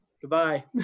goodbye